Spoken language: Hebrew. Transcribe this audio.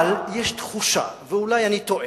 אבל יש תחושה, ואולי אני טועה,